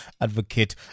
advocate